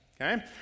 okay